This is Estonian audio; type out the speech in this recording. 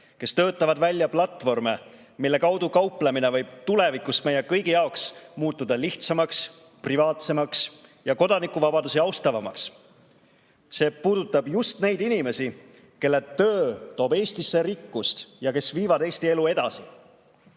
kes töötavad välja platvorme, mille kaudu kauplemine võib tulevikus meie kõigi jaoks muutuda lihtsamaks, privaatsemaks ja kodanikuvabadusi austavamaks. See puudutab just neid inimesi, kelle töö toob Eestisse rikkust ja kes viivad Eesti elu edasi.